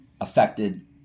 affected